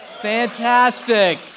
Fantastic